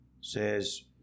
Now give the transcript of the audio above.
says